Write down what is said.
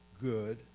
good